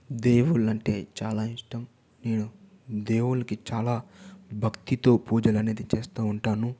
దేవుళ్ళు అంటే చాలా ఇష్టం నేను దేవుడికి చాలా భక్తితో పూజలు అనేది చేస్తూ ఉంటాను